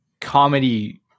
comedy